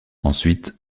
ensuite